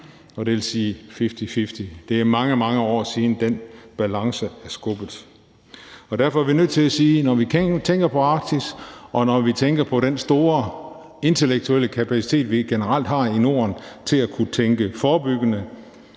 det samme. Det er mange, mange år siden, at den balance blev skubbet. Og derfor er vi nødt til at sige, at når vi tænker på Arktis, og når vi tænker på den store intellektuelle kapacitet, vi generelt har i Norden til at kunne tænke forebyggende,